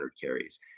carries